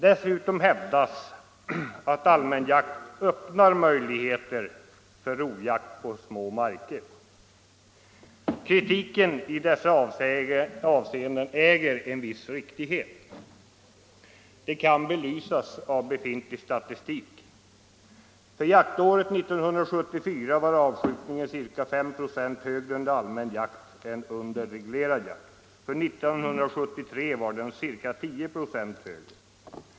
Dessutom hävdas att allmän jakt öppnar möjligheten för rovjakt på små marker. Kritiken i dessa avseenden äger en viss riktighet. Det kan belysas av befintlig statistik. För jaktåret 1974 var avskjutningen ca 5 96 högre under allmän jakt än under reglerad jakt. För 1973 var den ca 10 96 högre.